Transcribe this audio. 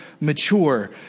mature